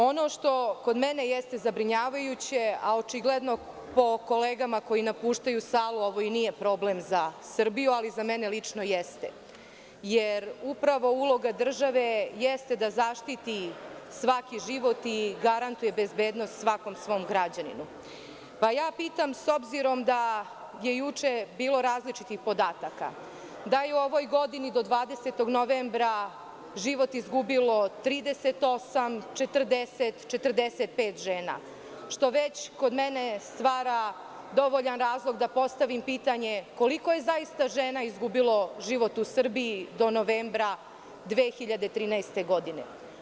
Ono što kod mene jeste zabrinjavajuće, a očigledno po kolegama koji napuštaju salu ovo i nije problem za Srbiju, ali za mene lično jeste, jeste upravo uloga države da zaštiti svaki život i garantuje bezbednost svakom svom građaninu, pa pitam, s obzirom da je juče bilo različitih podataka da je u ovoj godini do 20. novembra život izgubilo 38, 40, 45 žena, što već kod mene stvara dovoljan razlog da postavim pitanje – koliko je zaista žena izgubilo život u Srbiji do novembra 2013. godine?